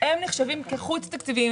נחשבים חוץ-תקציביים.